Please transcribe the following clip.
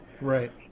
Right